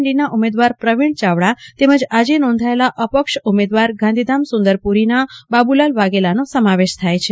ડીના ઉમેદવાર પ્રવીણ ચાવડા તેમજ આજે નોંધાયેલ અપક્ષ ઉમેદવાર ગાંધીધામ સુંદરપુરીના બાબુલાલ વાઘેલાનો સમાવેશ થાય છે